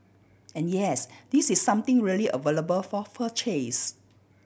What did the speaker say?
and yes this is something really available for purchase